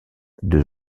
deux